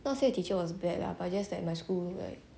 not say the teacher was bad lah but I just that my school like